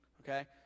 okay